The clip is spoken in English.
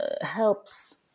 helps